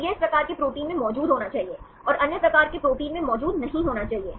तो यह इस प्रकार के प्रोटीन में मौजूद होना चाहिए और अन्य प्रकार के प्रोटीन में मौजूद नहीं होना चाहिए